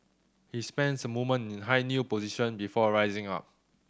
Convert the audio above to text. he spends a moment in high kneel position before a rising up